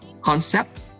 concept